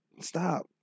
Stop